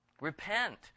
repent